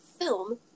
film